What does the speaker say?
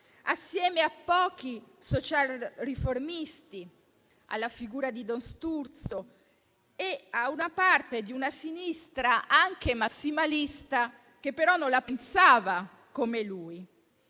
assieme a pochi socialriformisti, alla figura di don Sturzo e a una parte della sinistra, anche massimalista, che però non la pensava come lui.